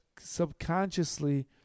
subconsciously